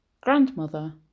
grandmother